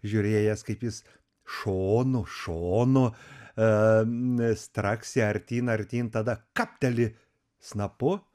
žiūrėjęs kaip jis šonu šonu am straksi artyn artyn tada kapteli snapu